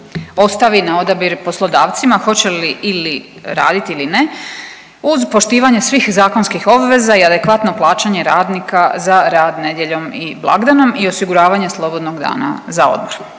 ostavi na odabir poslodavcima hoće li ili radit ili ne uz poštivanje svih zakonskih obveza i adekvatno plaćanje radnika za rad nedjeljom i blagdanom i osiguravanje slobodnog dana za odmor.